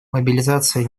мобилизация